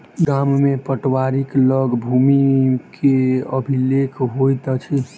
गाम में पटवारीक लग भूमि के अभिलेख होइत अछि